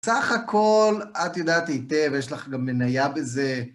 בסך הכל, את יודעת היטב, יש לך גם מניה בזה.